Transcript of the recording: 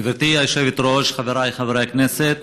גברתי היושבת-ראש, חבריי חברי הכנסת,